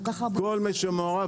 כל מי שמעורב.